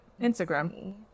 Instagram